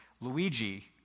Luigi